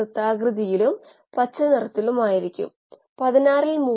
വാസ്തവത്തിൽ അടുത്ത മൊഡ്യൂൾ അതിനെ കുറിച്ചാണ്